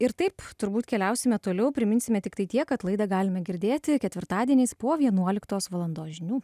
ir taip turbūt keliausime toliau priminsime tiktai tiek kad laidą galime girdėti ketvirtadieniais puo vienuoliktos valandos žinių